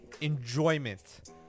enjoyment